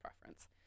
preference